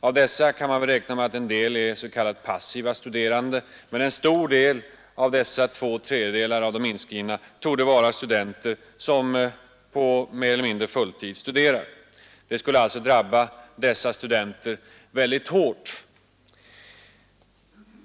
Man kan väl räkna med att en del av dessa är s.k. passiva studerande, men en stor del av dessa två tredjedelar av de inskrivna torde vara studenter som studerar mer eller mindre på heltid, och de skulle alltså drabbas mycket hårt.